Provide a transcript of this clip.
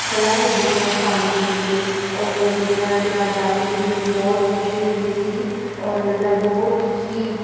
ਫਲਾਂ ਦੇ ਬੂਟਿਆਂ ਨੂੰ ਪਾਣੀ ਦੇਣ ਦੇ ਲਈ ਔਰ ਜਦੋਂ ਮੈਂ ਉਹਨਾਂ ਦੇ ਨਾਲ ਜਾਂਦੀ ਸੀਗੀ ਮੈਨੂੰ ਬਹੁਤ ਖੁਸ਼ੀ ਮਿਲਦੀ ਸੀਗੀ ਔਰ ਮੈਂ ਬਹੁਤ ਹੀ